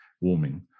warming